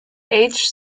age